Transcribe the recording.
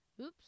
Oops